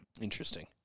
Interesting